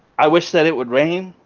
i wish that it would rain.